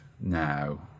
now